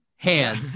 hand